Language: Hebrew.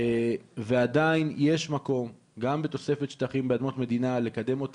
יש כסף, המתכנן לא יכול לקבל את